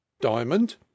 diamond